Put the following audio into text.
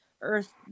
earth